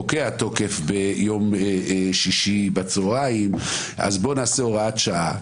פוקע התוקף ביום שישי בצהריים אז בואו נעשה הוראת שעה,